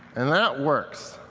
and that works.